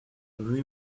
rue